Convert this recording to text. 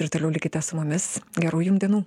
ir toliau likite su mumis gerų jum dienų